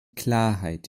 klarheit